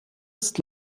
ist